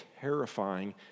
terrifying